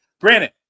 Granted